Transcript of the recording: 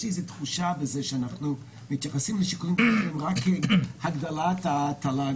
יש לי תחושה שאנחנו מתייחסים לשיקולים כלכליים רק כהגדלת התל"ג,